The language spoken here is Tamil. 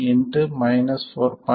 17 4